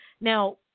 Now